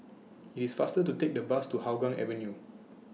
IS IT faster to Take The Bus to Hougang Avenue